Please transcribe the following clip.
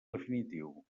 definitiu